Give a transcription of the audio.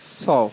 سو